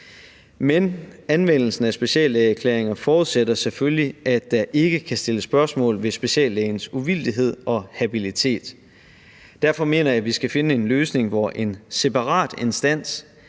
Men anvendelsen af speciallægeerklæringer forudsætter selvfølgelig, at der ikke kan stilles spørgsmål ved speciallægens uvildighed og habilitet. Derfor mener jeg, vi skal finde en løsning, hvor en separat instans